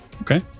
Okay